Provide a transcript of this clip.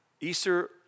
Easter